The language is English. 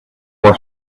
were